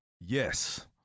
Yes